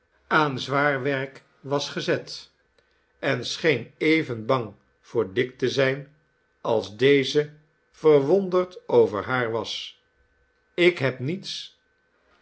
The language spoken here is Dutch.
aan zwaar werk was gezet en scheen even bang voor dick te zijn als deze verwonderd over haar was ik heb niets